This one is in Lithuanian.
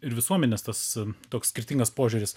ir visuomenės tas toks skirtingas požiūris